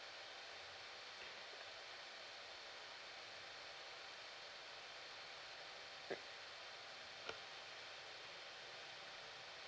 mm